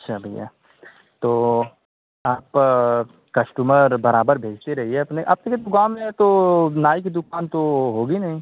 अच्छा भैया तो आप कस्टमर बराबर भेजते रहिए अपने अक्चुली गाँव में तो नाई की दुकान तो होगी नहीं